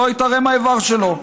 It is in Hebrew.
לא ייתרם האיבר שלו,